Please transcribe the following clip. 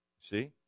See